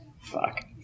fuck